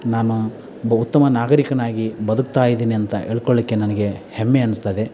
ನಾನು ಒಬ್ಬ ಉತ್ತಮ ನಾಗರಿಕನಾಗಿ ಬದುಕ್ತಾ ಇದ್ದೀನಿ ಅಂತ ಹೇಳ್ಕೊಳಕ್ಕೆ ನನಗೆ ಹೆಮ್ಮೆ ಅನಿಸ್ತದೆ